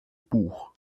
buch